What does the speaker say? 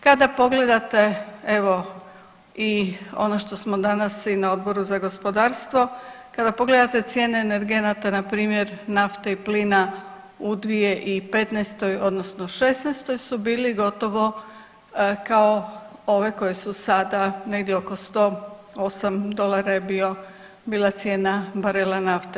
Kada pogledate evo i ono što smo danas i na Odboru za gospodarstvo, kada pogledate cijene energenata npr. nafte i plina u 2015. odnosno '16. su bili gotovo kao ove koje su sada, negdje oko 108 dolara je bio, bila cijena barela nafte.